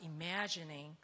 imagining